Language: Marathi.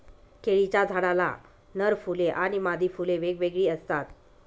केळीच्या झाडाला नर फुले आणि मादी फुले वेगवेगळी असतात